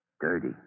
Dirty